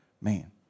man